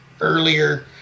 earlier